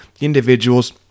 individuals